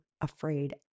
afraid